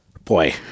Boy